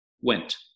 went